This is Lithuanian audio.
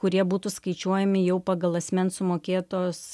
kurie būtų skaičiuojami jau pagal asmens sumokėtos